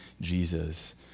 Jesus